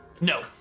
no